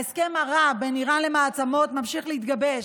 ההסכם הרע בין איראן למעצמות ממשיך להתגבש,